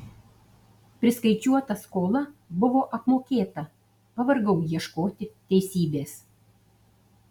priskaičiuota skola buvo apmokėta pavargau ieškoti teisybės